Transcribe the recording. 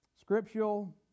scriptural